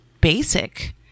basic